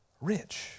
rich